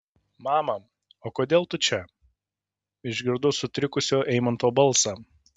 mama o kodėl tu čia išgirdau sutrikusio eimanto balsą